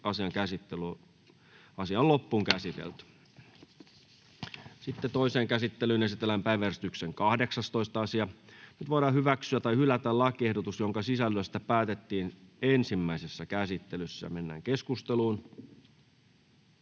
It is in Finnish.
N/A Content: Toiseen käsittelyyn esitellään päiväjärjestyksen 8. asia. Nyt voidaan hyväksyä tai hylätä lakiehdotukset, joiden sisällöstä päätettiin ensimmäisessä käsittelyssä. — Edustaja